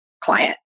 client